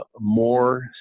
more